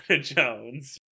Jones